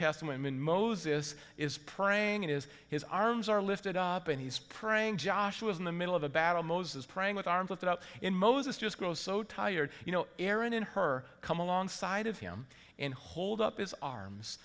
testament moses is praying it is his arms are lifted up and he's praying joshua's in the middle of a battle moses praying with arms lifted out in moses just grow so tired you know aaron in her come alongside of him and hold up his arms